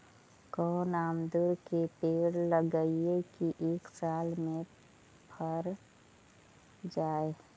कोन अमरुद के पेड़ लगइयै कि एक साल में पर जाएं?